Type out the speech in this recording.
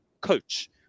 coach